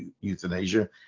euthanasia